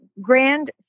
grand